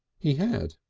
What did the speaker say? he had.